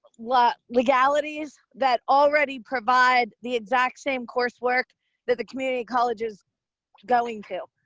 law legalities that already provide the exact same coursework that the community colleges going to,